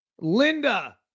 Linda